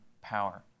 power